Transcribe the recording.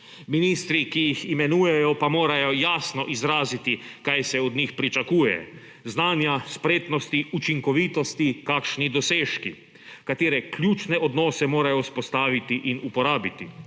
Ministri, ki jih imenujejo, pa morajo jasno izraziti, kaj se od njih pričakuje: znanja, spretnosti, učinkovitosti, kakšni dosežki, katere ključne odnose morajo vzpostaviti in uporabiti,